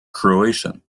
croatian